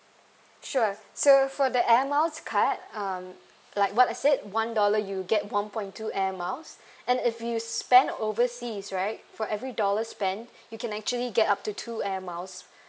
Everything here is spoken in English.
sure so for the air miles card um like what I said one dollar you get one point two air miles and if you spend overseas right for every dollar spent you can actually get up to two air miles